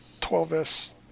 12S